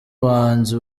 bahanzi